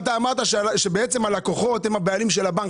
אתה אמרת שבעצם הלקוחות הם הבעלים של הבנק,